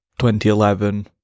2011